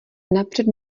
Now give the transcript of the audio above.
napřed